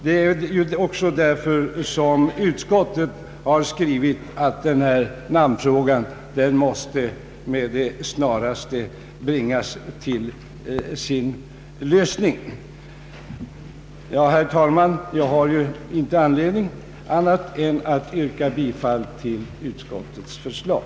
Det är också därför som utskottet har skrivit att namnproblemet med det snaraste måste bringas till sin lösning. Herr talman! Jag har inte anledning till annat än att yrka bifall till utskottets förslag.